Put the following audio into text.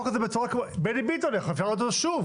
בני ביטון, נחבר אותו שוב.